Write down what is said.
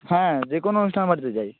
হ্যাঁ যে কোনো অনুষ্ঠান বাড়িতে যাই